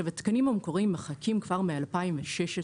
התקנים המקוריים מחכים כבר מ-2016,